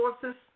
sources